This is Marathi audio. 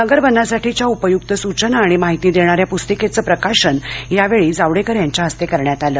नगर वनासाठीच्या उपयुक्त सूचना आणि माहिती देणाऱ्या प्रस्तिकेचं प्रकाशन यावेळी जावडेकर यांच्या हस्ते करण्यात आलं